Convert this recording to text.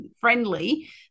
friendly